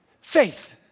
faith